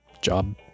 Job